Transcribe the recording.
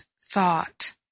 thought